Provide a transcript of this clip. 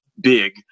big